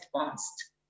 advanced